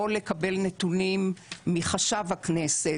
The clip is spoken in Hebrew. לא לקבל נתונים מחשב הכנסת,